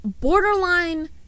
borderline